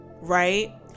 right